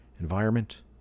environment